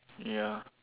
ya